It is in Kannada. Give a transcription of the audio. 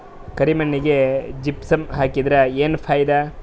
ಕರಿ ಮಣ್ಣಿಗೆ ಜಿಪ್ಸಮ್ ಹಾಕಿದರೆ ಏನ್ ಫಾಯಿದಾ?